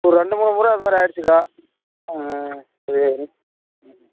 ஒரு ரெண்டு மூணு முறை அதுமாதிரி ஆகிடுச்சிக்கா சரி ம்